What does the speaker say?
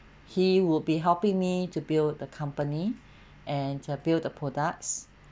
he will be helping me to build the company and to appeal the products